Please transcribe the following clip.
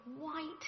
white